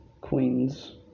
Queens